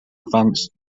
advanced